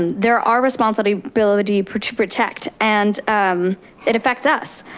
and they're our responsibility to protect and it affects us.